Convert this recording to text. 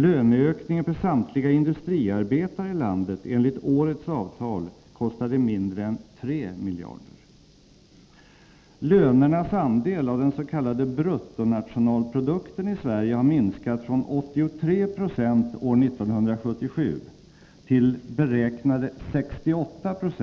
Löneökningen för samtliga industriarbetare i landet enligt årets avtal kostade mindre än 3 miljarder kronor. Lönernas andel av den s.k. bruttonationalprodukten i Sverige har minskat från 83 6 år 1977 till beräknade 68 96